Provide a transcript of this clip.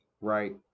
Right